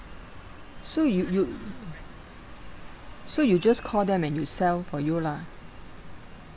so you you so you just call them and you sell for you lah